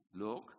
Look